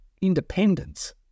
Independence